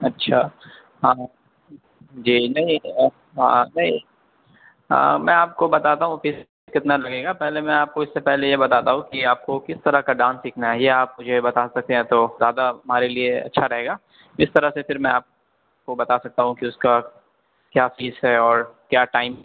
اچھا ہاں جی نہیں ہاں نہیں ہاں میں آپ کو بتاتا ہوں فیس کتنا لگے گا پہلے میں آپ کو اس سے پہلے یہ بتاتا ہوں کہ آپ کو کس طرح کا ڈانس سیکھنا ہے یہ آپ مجھے بتا سکتے ہیں تو زیادہ ہمارے لیے اچھا رہے گا اس طرح سے پھر میں آپ کو بتا سکتا ہوں کہ اس کا کیا فیس ہے اور کیا ٹائم